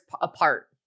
apart